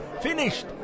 Finished